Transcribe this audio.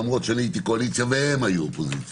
למרות שאני הייתי קואליציה והם היו אופוזיציה,